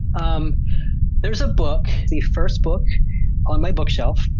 um there's a book, the first book on my bookshelf,